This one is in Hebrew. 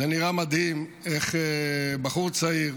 זה נראה מדהים איך בחור צעיר